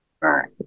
Right